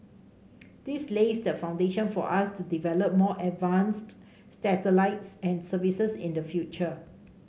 this lays the foundation for us to develop more advanced satellites and services in the future